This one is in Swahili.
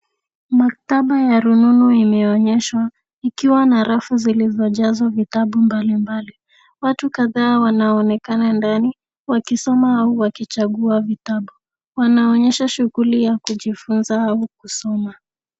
Maktaba ya rununu imeonyeshwa ikiwa na rafu zilizojazwa vitabu mbalimbali. Watu kadhaa wanaonekana ndani wakisoma au wakichagua vitabu. Wanaonyesha shughuli ya kujifunza au kusoma.